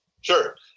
Sure